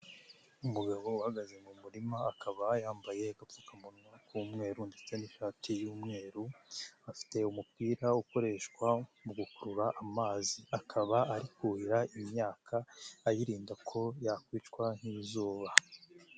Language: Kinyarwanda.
Umugabo uhagaze mu murima akaba yambaye agapfukamunwa k'umweru ndetse n'ishati y'umweru, afite umupira ukoreshwa mu gukurura amazi, akaba ari kurihira imyaka ayirinda ko yakwicwa n'izuba.